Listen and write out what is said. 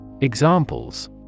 Examples